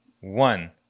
One